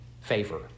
favor